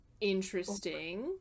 Interesting